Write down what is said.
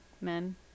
men